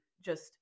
just-